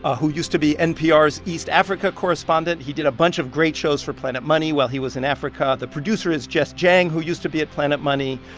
ah who used to be npr's east africa correspondent. he did a bunch of great shows for planet money while he was in africa. the producer is jess jiang, who used to be at planet money.